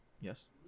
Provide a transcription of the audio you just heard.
yes